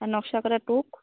আর নকশা করা টুখ